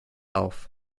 auf